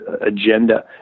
agenda